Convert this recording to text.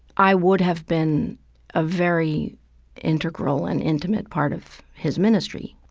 i would have been a very integral and intimate part of his ministry.